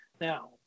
Now